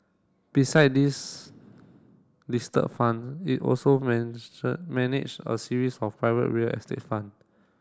beside these listed fund it also manage a series of private real estate fund